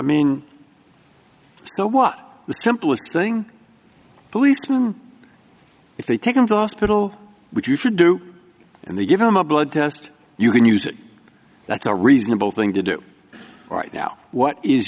mean so what the simplest thing policeman if they take them to hospital which you should do and they give them a blood test you can use it that's a reasonable thing to do right now what is